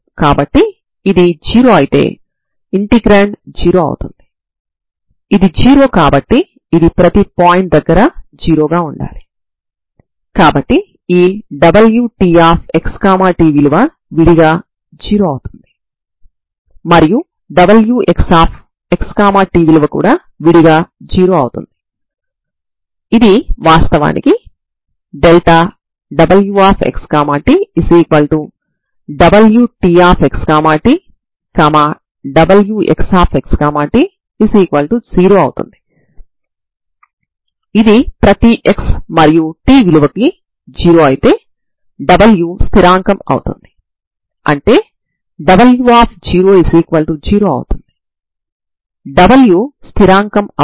కాబట్టి axb అయినప్పుడు x a అనే పరివర్తనను తీసుకోవడం ద్వారా మీరు a నుండి b వరకు ఉన్న డొమైన్ ను 0 నుండి L వరకు మార్చవచ్చు మరియు మీరు t ని డొమైన్ గా భావించవచ్చు